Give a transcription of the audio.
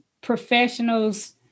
professionals